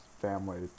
family